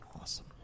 Awesome